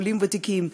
עולים ותיקים,